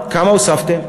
כמה הוספתם?